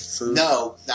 No